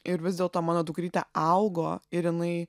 ir vis dėlto mano dukrytė augo ir jinai